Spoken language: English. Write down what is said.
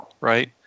right